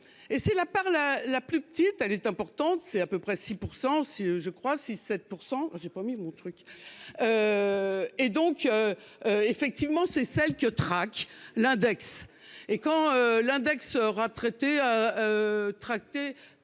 et c'est la par la la plus petite, elle est importante, c'est à peu près 6% si je crois si 7% j'ai pas mis mon truc. Et donc. Effectivement, c'est celle que traque l'index et quand l'index retraité. Tracter